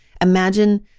Imagine